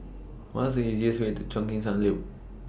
What IS The easiest Way to Cheo Chin Sun Lim